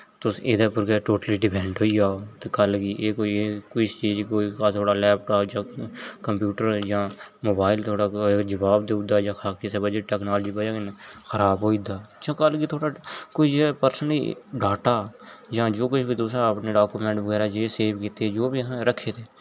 तुस एह्दे पर गै टोटली डिपेंड होई जाओ ते कल गी एह् कोई चीज थुआड़ा लैपटाप कंप्यूटर जां मोबाइल थुआड़ा कूदे जवाब देऊड़दा जा बाकी जां टेक्नोलाजी वजहा कन्नै खराब होई दा जा कल गी कोई जियां पर्सनली डाटा जां जो किश बी तुसे आपना डाक्यूमेंट बगैरा सेव कीते दे जां जो बी हा रक्खे दे